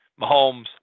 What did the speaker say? Mahomes